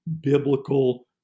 biblical